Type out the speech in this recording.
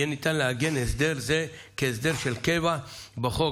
יהיה ניתן לעגן הסדר זה כהסדר של קבע בחוק.